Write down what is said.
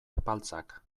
epaltzak